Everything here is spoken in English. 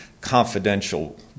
confidential